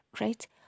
right